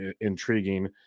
intriguing